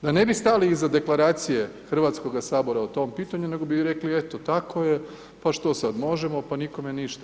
Da ne bi stali iza Deklaracije Hrvatskoga sabora o tome pitanju nego bi rekli eto, tako je, pa što sad možemo, pa nikome ništa.